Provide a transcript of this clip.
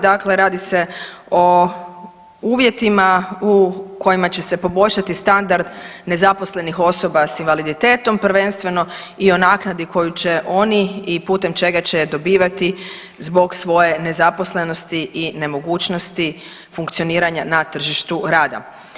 Dakle, radi se o uvjetima u kojima će se poboljšati standard nezaposlenih osoba sa invaliditetom prvenstveno i o naknadi koju će oni i putem čega će je dobivati zbog svoje nezaposlenosti i nemogućnosti funkcioniranja na tržištu rada.